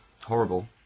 horrible